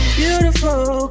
beautiful